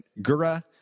Gura